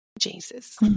Jesus